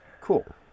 cool